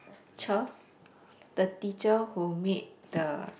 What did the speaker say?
cher the teacher who meet the